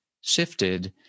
shifted